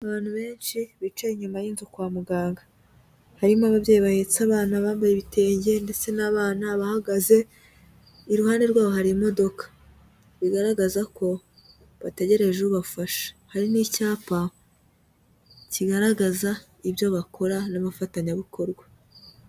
Abantu benshi bicaye inyuma y'inzu kwa muganga, harimo ababyeyi bahetse abana, abambaye ibitenge ndetse n'abana abahagaze, iruhande rwabo hari imodoka, bigaragaza ko bategereje ubafashe, hari n'icyapa kigaragaza ibyo bakora n'abafatanyabikorwa.